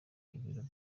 ibiro